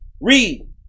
Read